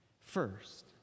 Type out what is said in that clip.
First